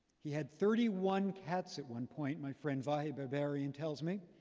he had thirty one cats at one point. my friend vi babarian tells me.